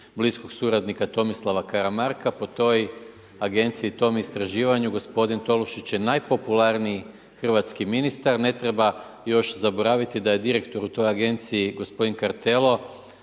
bliskog suradnika Tomislava Karamarka. Po toj Agenciji, tom istraživanju gospodin Tolušić je najpopularniji hrvatski ministar. Ne treba još zaboraviti da je direktor u toj agenciji gospodin Kartelo